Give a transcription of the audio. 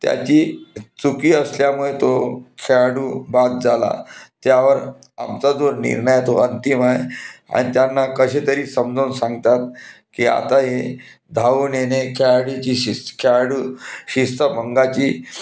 त्याची चुकी असल्यामुळे तो खेळाडू बाद झाला त्यावर आमचा जो निर्णय तो अंतिम आहे आणि त्यांना कसे तरी समजावून सांगतात की आता हे धावून येणे खेळाडूची शिस्त खेळाडू शिस्त भंगाची